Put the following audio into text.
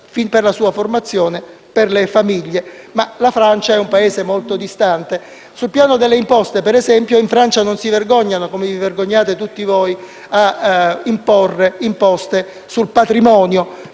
per la sua formazione e per le famiglie. Ma la Francia è un Paese molto distante. Sul piano delle imposte, ad esempio, in Francia non si vergognano, come vi vergognate tutti voi, a imporre imposte sul patrimonio.